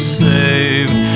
saved